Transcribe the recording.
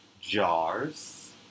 jars